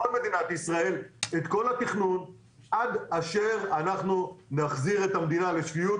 אנחנו נעצור בכל מדינת ישראל את כל התכנון עד שנחזיר את המדינה לשפיות,